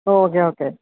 oh okay okay